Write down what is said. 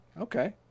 Okay